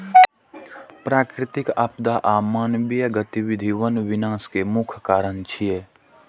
प्राकृतिक आपदा आ मानवीय गतिविधि वन विनाश के मुख्य कारण छियै